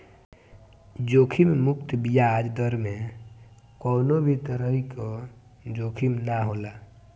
जोखिम मुक्त बियाज दर में कवनो भी तरही कअ जोखिम ना होला